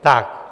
Tak.